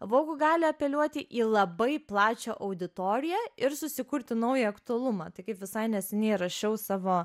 vogue gali apeliuoti į labai plačią auditoriją ir susikurti naują aktualumą tai kaip visai neseniai rašiau savo